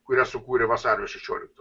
kurią sukūrė vasario šešioliktoji